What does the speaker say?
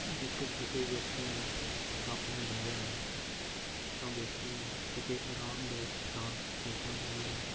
ਜੇਕਰ ਕਿਸੇ ਵਿਅਕਤੀ ਨੂੰ ਸੱਪ ਨੇ ਡੰਗਿਆ ਹੈ ਤਾਂ ਵਿਅਕਤੀ ਨੂੰ ਕਿਤੇ ਆਰਾਮਦਾਇਕ ਥਾਂ ਲੇਟਣਾ ਚਾਹੀਦਾ ਹੈ